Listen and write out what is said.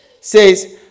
says